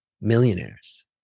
millionaires